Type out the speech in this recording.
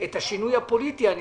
את השינוי הפוליטי הנדרש,